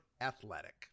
ATHLETIC